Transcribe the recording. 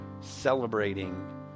celebrating